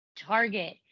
Target